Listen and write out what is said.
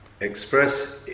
express